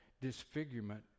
disfigurement